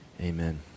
Amen